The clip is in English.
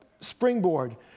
springboard